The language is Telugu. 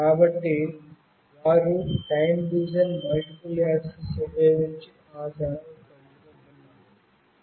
కాబట్టి వారు టైమ్ డివిజన్ మల్టిపుల్ యాక్సెస్ ఉపయోగించి ఆ ఛానెల్ని పంచుకుంటున్నారు